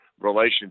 relationship